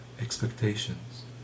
expectations